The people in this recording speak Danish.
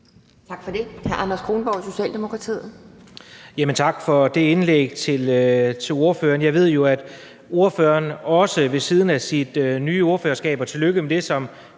Tak for det.